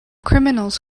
criminals